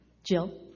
Jill